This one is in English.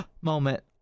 moment